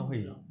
对 lor